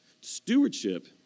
Stewardship